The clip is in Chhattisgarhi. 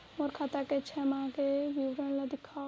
मोर खाता के छः माह के विवरण ल दिखाव?